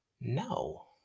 no